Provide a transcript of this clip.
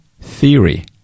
theory